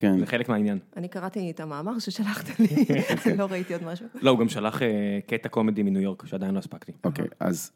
כן, זה חלק מהעניין. אני קראתי את המאמר ששלחת לי, לא ראיתי עוד משהו. לא, הוא גם שלח קטע קומדי מניו יורק שעדיין לא הספקתי. אוקיי, אז...